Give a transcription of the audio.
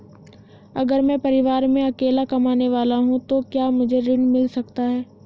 अगर मैं परिवार में अकेला कमाने वाला हूँ तो क्या मुझे ऋण मिल सकता है?